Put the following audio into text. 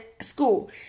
school